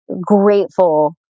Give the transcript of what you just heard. grateful